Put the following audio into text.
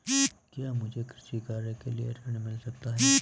क्या मुझे कृषि कार्य के लिए ऋण मिल सकता है?